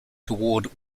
toward